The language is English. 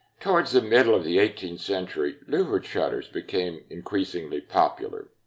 towards the middle of the eighteenth century, louvered shutters became increasingly popular.